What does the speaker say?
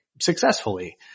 successfully